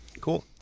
Cool